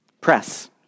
press